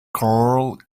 girl